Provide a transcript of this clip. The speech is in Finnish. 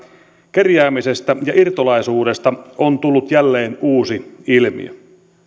kerjäämisestä ja irtolaisuudesta on tullut jälleen uusi ilmiö